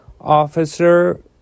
officer